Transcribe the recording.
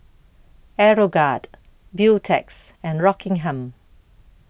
Aeroguard Beautex and Rockingham